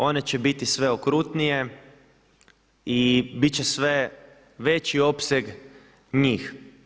One će biti sve okrutnije i bit će sve veći opseg njih.